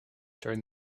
during